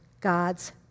God's